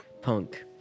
Punk